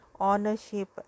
ownership